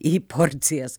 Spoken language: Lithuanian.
į porcijas